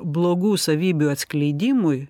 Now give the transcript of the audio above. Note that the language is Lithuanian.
blogų savybių atskleidimui